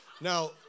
Now